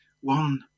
One